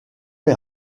les